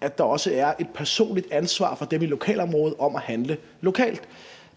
at der også er et personligt ansvar hos dem i lokalområdet for at handle lokalt.